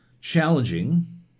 challenging